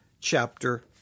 chapter